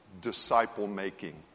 disciple-making